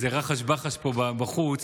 איזה רחש-בחש פה בחוץ,